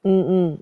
mm mm